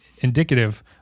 indicative